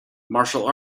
martial